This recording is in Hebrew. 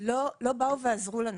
לא באו ועזרו לנו.